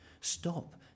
stop